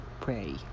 pray